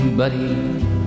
Buddy